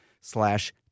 slash